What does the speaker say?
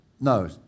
No